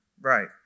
Right